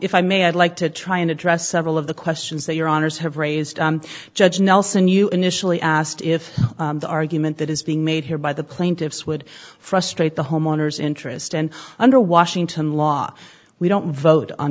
if i may i'd like to try and address several of the questions that your honour's have raised judge nelson you initially asked if the argument that is being made here by the plaintiffs would frustrate the homeowners interest and under washington law we don't vote on